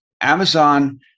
Amazon